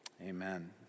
Amen